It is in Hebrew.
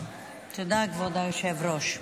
תודה, כבוד היושב-ראש.